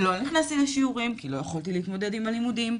לא נכנסתי לשיעורים כי לא יכולתי להתמודד עם הלימודים,